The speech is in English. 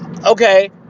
Okay